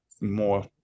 more